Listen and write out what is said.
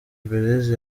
belise